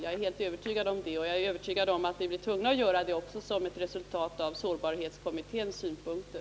Jag är också övertygad om att vi blir tvungna att göra det som ett resultat av sårbarhetskommitténs synpunkter.